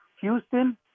Houston